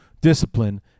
discipline